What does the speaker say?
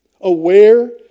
aware